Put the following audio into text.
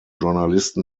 journalisten